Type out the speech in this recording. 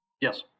Yes